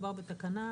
מדובר בתקנה.